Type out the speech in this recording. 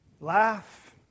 laugh